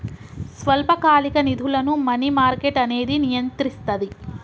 స్వల్పకాలిక నిధులను money market అనేది నియంత్రిస్తది